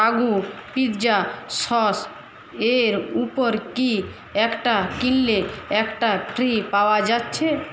Ragu pizza sauce এর ওপর কি একটা কিনলে একটা ফ্রি পাওয়া যাচ্ছে